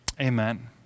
Amen